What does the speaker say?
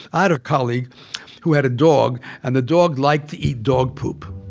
i had a colleague who had a dog, and the dog liked to eat dog poop.